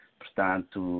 portanto